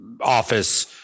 office